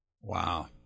Wow